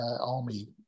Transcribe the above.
army